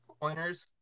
pointers